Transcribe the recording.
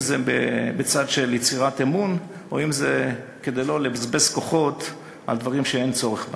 אם זה ליצירת אמון ואם זה כדי לא לבזבז כוחות על דברים שאין צורך בהם.